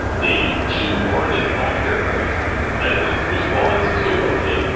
they shoehorn this black character in as this response to, okay,